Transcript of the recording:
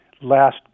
last